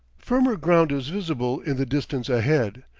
firmer ground is visible in the distance ahead,